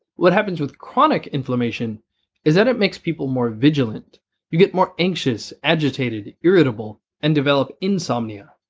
what happens with chronic inflammation is that it makes people more vigilant you get more anxious, agitated, irritable and develop insomnia.